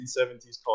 1970s